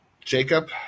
Jacob